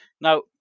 Now